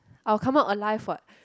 I will come out alive what